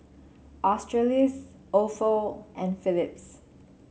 Australis Ofo and Phillips